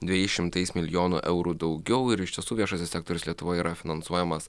dvejais šimtais milijonų eurų daugiau ir iš tiesų viešasis sektorius lietuvoj yra finansuojamas